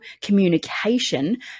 communication